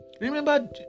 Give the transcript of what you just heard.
Remember